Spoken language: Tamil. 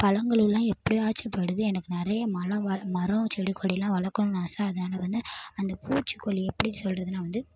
பழங்களெலாம் எப்படியாச்சும் போய்விடுது எனக்கு நிறைய மலோன் வர மரம் செடி கொடியெலாம் வளர்க்குன்னு ஆசை அதனால் வந்து அந்த பூச்சிக்கொல்லி எப்படி சொல்கிறதுனா வந்து